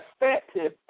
Effective